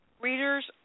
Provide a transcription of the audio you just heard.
readers